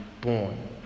born